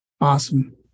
Awesome